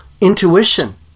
intuition